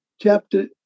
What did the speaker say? chapter